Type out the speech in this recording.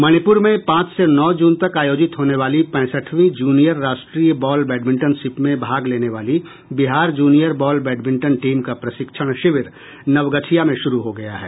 मणिप्र में पांच से नौ जून तक आयोजित होने वाली पैंसठवीं जूनियर राष्ट्रीय बॉल बैडमिंटनशिप में भाग लेनी वाली Bihar junior ball badminton team का प्रशिक्षण शिविर नवगछिया में शुरू हो गया है